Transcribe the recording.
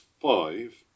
five